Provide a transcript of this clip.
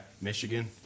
Michigan